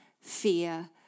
fear